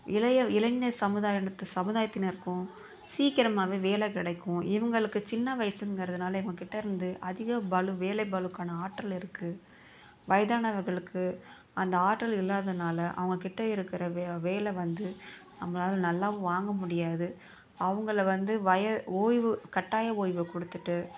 இளைய இளைஞர் சமூதாயம்றது சமுதாயத்தினருக்கும் சீக்கிரமாகவே வேலை கிடைக்கும் இவங்களுக்கு சின்ன வயசுங்கிறதுனால இவங்கக்கிட்டேருந்து அதிக பளு வேலைப்பளுக்கான ஆற்றல் இருக்குது வயதானவர்களுக்கு அந்த ஆற்றல் இல்லாதனால் அவங்கக்கிட்ட இருக்கிற வே வேலை வந்து நம்மளால் நல்லா வாங்க முடியாது அவங்கள வந்து வய ஓய்வு கட்டாய ஓய்வு கொடுத்துட்டு